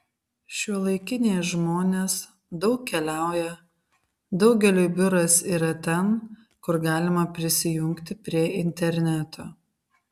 šiuolaikiniai žmonės daug keliauja daugeliui biuras yra ten kur galima prisijungti prie interneto